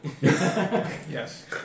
Yes